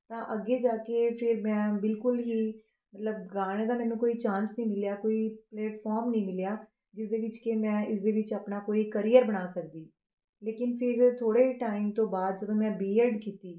ਤਾਂ ਅੱਗੇ ਜਾ ਕੇ ਫਿਰ ਮੈਂ ਬਿਲਕੁਲ ਹੀ ਮਤਲਬ ਗਾਣੇ ਦਾ ਮੈਨੂੰ ਕੋਈ ਚਾਨਸ ਨਹੀਂ ਮਿਲਿਆ ਕੋਈ ਪਲੇਟਫੋਰਮ ਨਹੀਂ ਮਿਲਿਆ ਜਿਸਦੇ ਵਿੱਚ ਕਿ ਮੈਂ ਇਸਦੇ ਵਿੱਚ ਆਪਣਾ ਕੋਈ ਕਰੀਅਰ ਬਣਾ ਸਕਦੀ ਲੇਕਿਨ ਫਿਰ ਥੋੜ੍ਹੇ ਟਾਈਮ ਤੋਂ ਬਾਅਦ ਜਦੋਂ ਮੈਂ ਬੀ ਐਡ ਕੀਤੀ